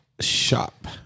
shop